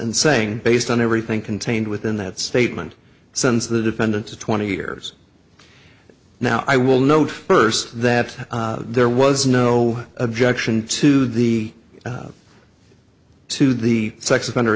and saying based on everything contained within that statement since the defendant to twenty years now i will note first that there was no objection to the to the sex offender